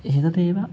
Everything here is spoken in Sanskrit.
एतदेव